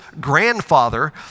grandfather